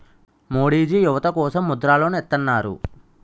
మోడీజీ యువత కోసం ముద్ర లోన్ ఇత్తన్నారు